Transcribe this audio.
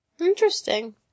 Interesting